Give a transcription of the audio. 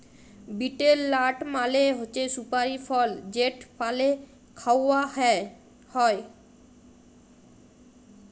betel nut মালে হছে সুপারি ফল যেট পালে খাউয়া হ্যয়